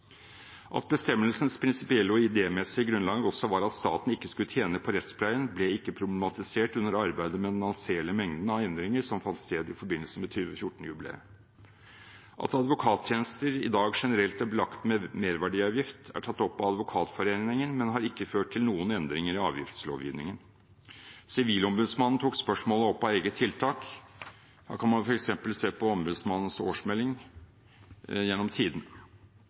grunnlag også var at staten ikke skulle tjene på rettspleien, ble ikke problematisert under arbeidet med den anselige mengden av endringer som fant sted i forbindelse med 2014-jubileet. At advokattjenester i dag generelt er belagt med merverdiavgift, er tatt opp av Advokatforeningen, men det har ikke ført til noen endringer i avgiftslovgivningen. Sivilombudsmannen tok spørsmålet opp av eget tiltak, som man f.eks. kan se på ombudsmannens årsmelding gjennom tidene.